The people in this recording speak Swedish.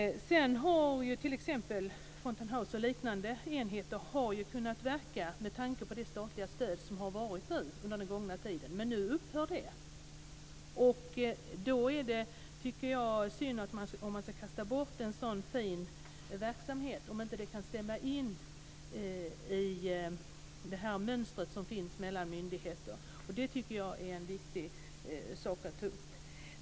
Fountain House och liknande enheter har ju kunnat verka på grund av det statliga stöd som har funnits under den gångna tiden, men nu upphör det. Då tycker jag att det är synd om man ska kasta bort en så fin verksamhet och om inte den kan passa in i det mönster som finns mellan myndigheter. Det tycker jag är viktigt att ta upp.